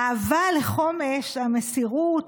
האהבה לחומש, המסירות,